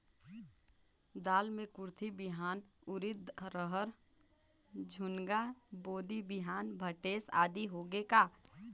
दाल मे कुरथी बिहान, उरीद, रहर, झुनगा, बोदी बिहान भटेस आदि होगे का?